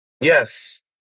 Yes